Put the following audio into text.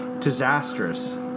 Disastrous